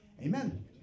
Amen